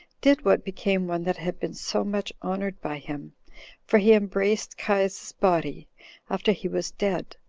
did what became one that had been so much honored by him for he embraced caius's body after he was dead,